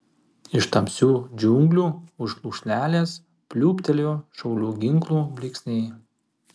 iš tamsių džiunglių už lūšnelės pliūptelėjo šaulių ginklų blyksniai